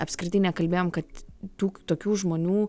apskritai nekalbėjom kad tų tokių žmonių